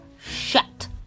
Shut